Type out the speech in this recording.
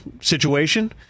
situation